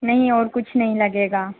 नहीं और कुछ नहीं लगेगा